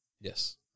Yes